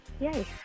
Yay